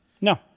No